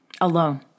alone